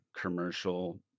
commercial